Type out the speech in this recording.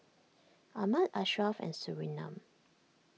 Ahmad Ashraff and Surinam